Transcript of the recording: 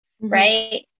right